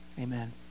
Amen